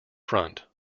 front